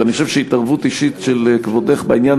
ואני חושב שהתערבות אישית של כבודך בעניין